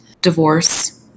divorce